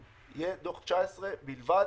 יהיה דוח 19' בלבד,